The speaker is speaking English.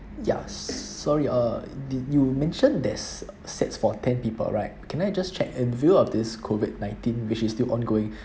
ya sorry uh did you mentioned there's sets for ten people right can I just check in lieu of this COVID nineteen which is still ongoing